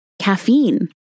caffeine